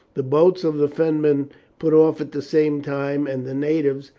the boats of the fenmen put off at the same time, and the natives,